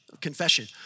Confession